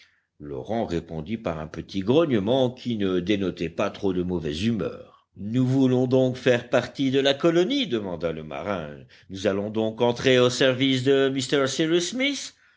l'orang répondit par un petit grognement qui ne dénotait pas trop de mauvaise humeur nous voulons donc faire partie de la colonie demanda le marin nous allons donc entrer au service de m cyrus smith